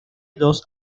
dos